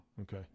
Okay